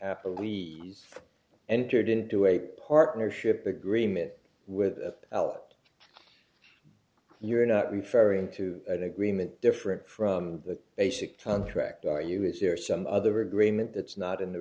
apple we entered into a partnership agreement with a l you're not referring to an agreement different from the basic contract are you is there some other agreement that's not in the